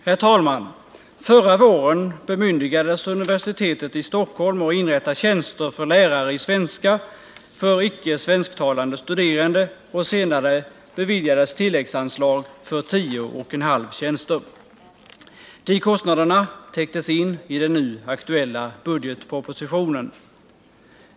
Herr talman! Förra året bemyndigades universitetet i Stockholm att inrätta tjänster för lärare i svenska för icke svensktalande studerande och senare beviljades tilläggsanslag för tio och en halv tjänster. De kostnaderna täcktes in i den nu aktuella budgetpropositionen.